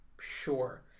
sure